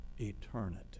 Eternity